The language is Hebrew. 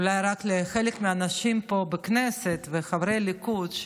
אולי רק לחלק מהאנשים פה בכנסת וחברי הליכוד,